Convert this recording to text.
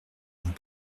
vous